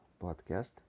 podcast